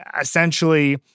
Essentially